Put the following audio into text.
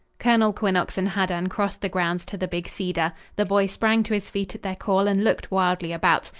colonel quinnox and haddan crossed the grounds to the big cedar. the boy sprang to his feet at their call and looked wildly about.